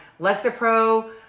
Lexapro